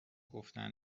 گفتن